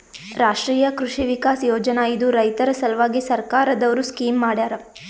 ರಾಷ್ಟ್ರೀಯ ಕೃಷಿ ವಿಕಾಸ್ ಯೋಜನಾ ಇದು ರೈತರ ಸಲ್ವಾಗಿ ಸರ್ಕಾರ್ ದವ್ರು ಸ್ಕೀಮ್ ಮಾಡ್ಯಾರ